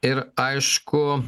ir aišku